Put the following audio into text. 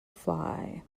fly